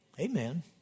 Amen